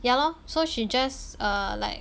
ya lor so she just err like